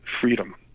freedom